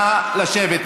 נא לשבת.